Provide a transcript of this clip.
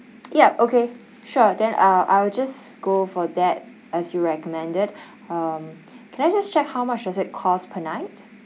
yup okay sure then I I will just go for that as you recommended um can I just check how much does it cost per night